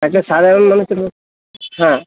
একটা সাধারণ মানুষের মত হ্যাঁ